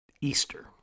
Easter